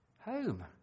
home